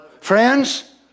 Friends